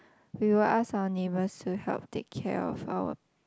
we will ask our neighbours to help take care of our